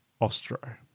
Ostro